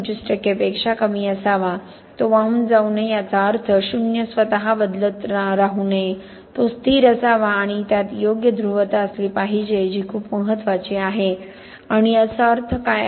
25 पेक्षा कमी असावा तो वाहून जाऊ नये याचा अर्थ शून्य स्वतः बदलत राहू नये तो स्थिर असावा आणि त्यात योग्य ध्रुवता असली पाहिजे जी खूप महत्त्वाची आहे आणि याचा अर्थ काय